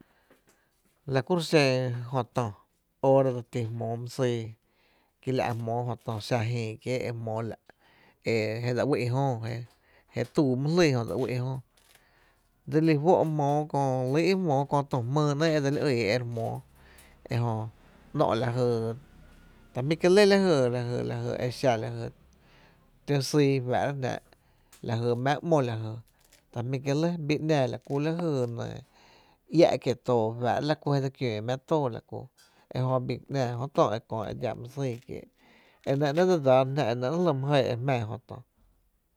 La kuro’ xen jö tö óora dse ti jmóó my syy kí la’ jmóó jö tö xa jïï kiéé’ e jmóó la’ e je dse uï’ jöö je tuu mý jlii e dse uï’ jöö dselí fó’ jmóó kö, lý í’ jmóó kö tü jmýý ‘neé´’ dseli ýyý e jmóó, e jö ‘nó’ lajy, ta jmí’ kié’ lɇ la jy, lajy exa lajy tǿ syy fáá’rá’ jnáá, lajy mⱥ ‘mo lajy t jmí’ kie lɇ, bii ‘náá la ku lay e nɇɇ iä’ kíe’ too fáá’ra´’ la ku je dse kiöö mⱥ tóo e jö bii ‘naa jö tö e kö e dxa my syy kiee’ enɇ ‘néé’ dse dsaana, enɇ néé’ jli’ my jɇɇ e jmⱥⱥ tá jö tö.